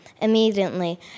Immediately